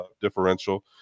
differential